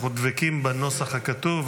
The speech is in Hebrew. אנחנו דבקים בנוסח הכתוב,